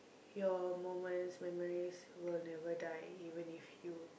your moments memories will never die even if you